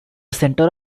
center